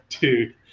dude